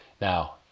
Now